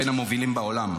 בין המובילים בעולם.